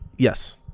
Yes